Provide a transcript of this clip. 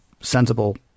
sensible